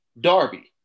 Darby